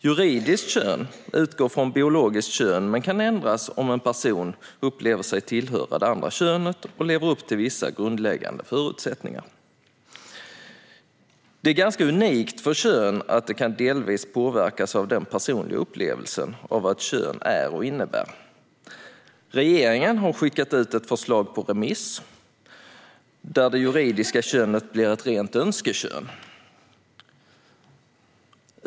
Juridiskt kön utgår från biologiskt kön men kan ändras om en person upplever sig tillhöra det andra könet och lever upp till vissa grundläggande förutsättningar. Det är ganska unikt för kön att det delvis kan påverkas av den personliga upplevelsen av vad ett kön är och innebär. Regeringen har skickat ut ett förslag på remiss där det juridiska könet blir ett rent önskekön.